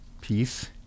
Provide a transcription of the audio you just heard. peace